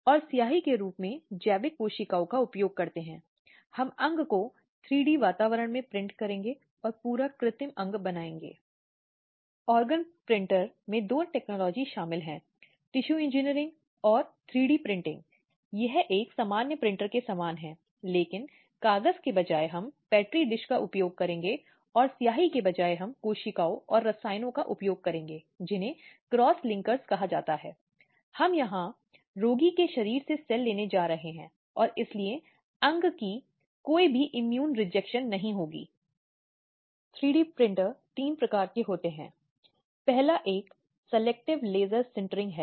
यह देखा गया है कि यह एक प्रथा है जो बहुत अधिक अस्तित्व में है जहां एक पतिपत्नी उसके साथी को गाली देता है चाहे वह शारीरिक रूप से या मौखिक रूप से या यौन रूप से और कोशिश करता है जिससे इन शक्ति से या दूसरे तरीकेसे साथीपर मुख्य रूप से महिलाओं पर उसका नियंत्रण प्रदर्शित होता है